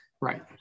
Right